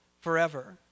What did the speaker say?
forever